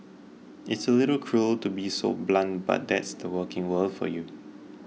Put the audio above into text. it's a little cruel to be so blunt but that's the working world for you